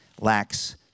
lacks